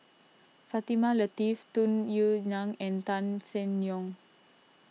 Fatimah Lateef Tung Yue Nang and Tan Seng Yong